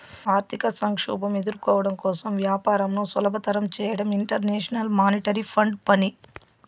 ఆర్థిక సంక్షోభం ఎదుర్కోవడం కోసం వ్యాపారంను సులభతరం చేయడం ఇంటర్నేషనల్ మానిటరీ ఫండ్ పని